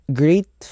great